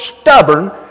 stubborn